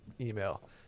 email